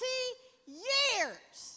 years